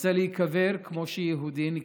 ורוצה להיקבר כמו שיהודי נקבר.